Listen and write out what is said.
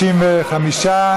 55,